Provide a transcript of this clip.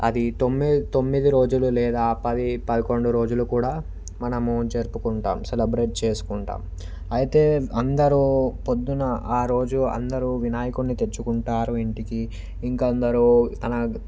అది తొమ్మిది తొమ్మిది రోజులు లేదా పది పదకొండు రోజులు కూడా మనము జరుపుకుంటాం సెలబ్రేట్ చేసుకుంటాం అయితే అందరూ పొద్దున ఆ రోజు అందరూ వినాయకుణ్ణి తెచ్చుకుంటారు ఇంటికి ఇంకొందరు అలాగ